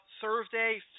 Thursday